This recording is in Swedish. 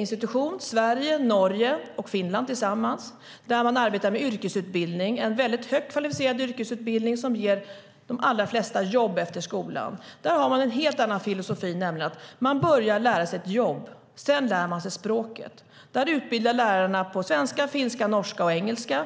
i Sverige, Norge och Finland tillsammans har en utbildningsinstitution där man arbetar med yrkesutbildning. Det är en högt kvalificerad yrkesutbildning som ger de allra flesta jobb efter skolan. Där har man en helt annan filosofi, nämligen att man börjar lära sig ett jobb och sedan lär sig språket. Där utbildar lärarna på svenska, finska, norska och engelska.